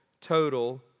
total